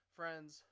friends